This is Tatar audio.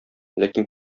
ләкин